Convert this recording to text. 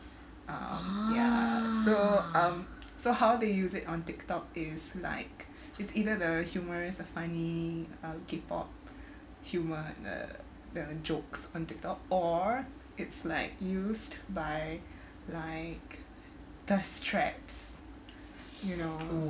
um ya so um so how they use it on tiktok is like it's either the humorous or funny uh K pop humour the the jokes on tiktok or it's like used by like thirst traps you know